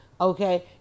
okay